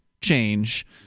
change